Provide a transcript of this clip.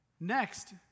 Next